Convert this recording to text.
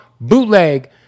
BOOTLEG